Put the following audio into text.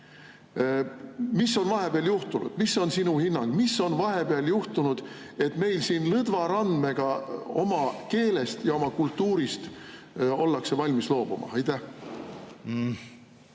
Mis on vahepeal juhtunud? Mis on sinu hinnang, mis on vahepeal juhtunud, et meil siin lõdva randmega oma keelest ja kultuurist ollakse valmis loobuma? Aitäh!